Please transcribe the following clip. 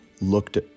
looked